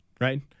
right